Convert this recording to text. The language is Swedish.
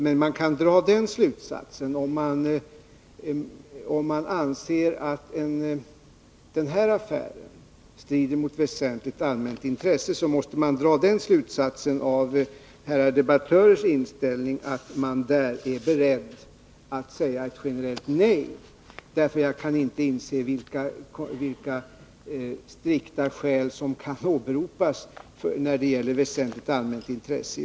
Men om herrar debattörer anser att denna affär strider mot väsentligt allmänt intresse, måste man dra den slutsatsen av deras inställning att de är beredda att säga generellt nej. Jag kan inte inse vilka strikta skäl som i övrigt kan åberopas när det gäller väsentligt allmänt intresse.